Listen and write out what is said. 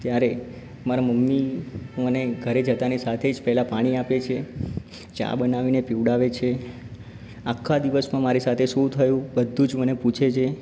ત્યારે મારા મમી મને ઘરે જતાની સાથે જ પહેલાં જ પાણી આપે છે ચા બનાવીને પીવડાવે છે આખા દિવસમાં મારી સાથે શું થયું બધું મને પૂછે છે